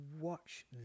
watch